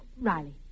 Riley